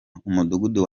umudugudu